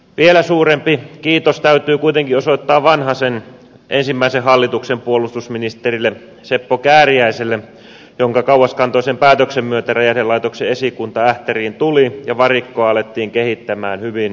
vielä suurempi kiitos täytyy kuitenkin osoittaa vanhasen ensimmäisen hallituksen puolustusministerille seppo kääriäiselle jonka kauaskantoisen päätöksen myötä räjähdelaitoksen esikunta ähtäriin tuli ja varikkoa alettiin kehittää hyvin voimallisesti